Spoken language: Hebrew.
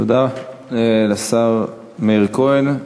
תודה לשר מאיר כהן.